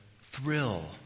thrill